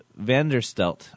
Vanderstelt